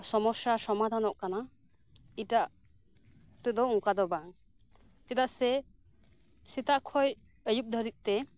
ᱥᱚᱢᱚᱥᱥᱟ ᱥᱚᱢᱟᱫᱷᱟᱱᱚᱜ ᱠᱟᱱᱟ ᱮᱴᱟᱜ ᱛᱮᱫᱚ ᱚᱱᱠᱟ ᱫᱚ ᱵᱟᱝ ᱪᱮᱫᱟᱜ ᱥᱮ ᱥᱮᱛᱟᱜ ᱠᱷᱚᱱ ᱟᱹᱭᱩᱵ ᱫᱷᱟᱨᱤᱡ ᱛᱮ